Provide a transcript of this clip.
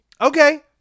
okay